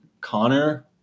Connor